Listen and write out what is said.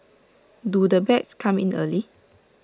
do the bags come in early